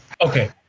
Okay